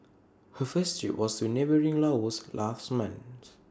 her first trip was to neighbouring Laos last month